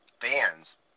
fans